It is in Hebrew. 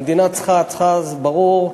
המדינה צריכה וזה ברור.